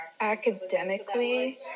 academically